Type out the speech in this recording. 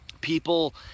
people